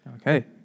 Okay